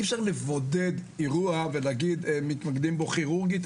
אי אפשר לבודד אירוע ולהגיד שמתמודדים בו כירורגית,